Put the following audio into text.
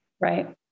Right